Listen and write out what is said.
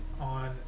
on